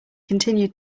continued